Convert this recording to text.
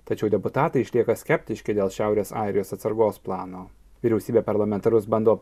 tačiau deputatai išlieka skeptiški dėl šiaurės airijos atsargos plano vyriausybė parlamentarus bando